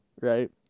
right